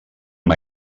amb